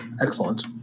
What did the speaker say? Excellent